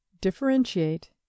Differentiate